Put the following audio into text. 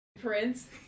prince